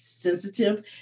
sensitive